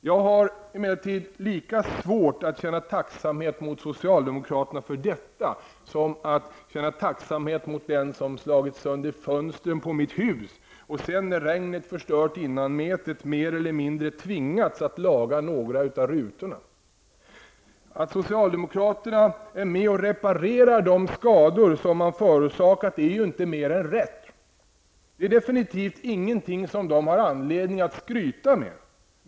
Jag har emellertid lika svårt att känna tacksamhet mot socialdemokraterna för detta som att känna tacksamhet mot den som slagit sönder fönstren på mitt hus och sedan, när regnet förstört innanmätet, mer eller mindre tvingats att laga några av rutorna. Att socialdemokraterna är med och reparerar de skador som man förorsakat är ju inte mer än rätt. Det är definitivt ingenting som de har anledning att skryta med.